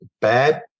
bad